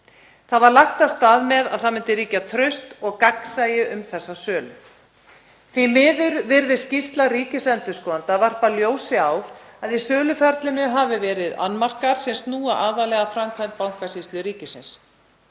Það var lagt af stað með að það myndi ríkja traust og gagnsæi um þessa sölu. Því miður virðist skýrsla ríkisendurskoðanda varpa ljósi á að í söluferlinu hafi verið annmarkar sem snúa aðallega að framkvæmd Bankasýslu ríkisins.